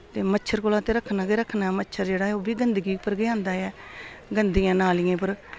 ते मच्छर कोला ते रक्खना गै रक्खना ऐ मच्छर जेह्ड़ा ऐ ओह् बी गंदगी उप्पर गै आंदा ऐ गंदियें नालियें उप्पर